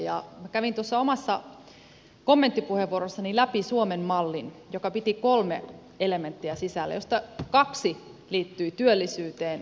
kävin tuossa omassa kommenttipuheenvuorossani läpi suomen mallin joka piti kolme elementtiä sisällään joista kaksi liittyi työllisyyteen ja kasvuun